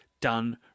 done